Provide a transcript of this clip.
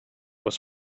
was